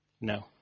No